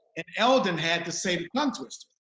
and elden had to say the tongue-twister.